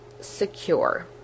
secure